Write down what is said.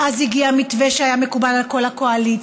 ואז הגיע מתווה שהיה מקובל על כל הקואליציה,